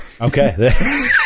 Okay